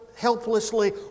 Helplessly